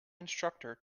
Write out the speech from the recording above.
instructor